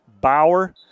Bauer